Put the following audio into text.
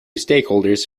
stakeholders